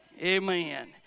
Amen